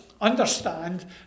understand